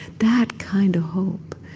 that kind of hope.